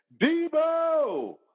Debo